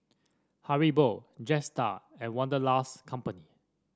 Haribo Jetstar and Wanderlust Company